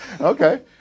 Okay